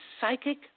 psychic